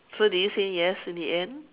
so did you say yes in the end